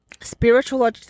spiritual